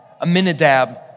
Aminadab